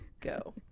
go